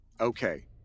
Okay